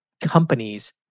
companies